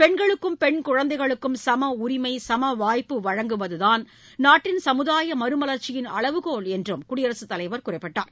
பெண்களுக்கும் பெண் குழந்தைகளுக்கும் சமஉரிமை சமவாய்ப்பு வழங்குவதுதான் நாட்டின் சமுதாய மறுமலர்ச்சியின் அளவுகோல் என்றும் குடியரசு தலைவர் குறிப்பிட்டார்